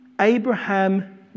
Abraham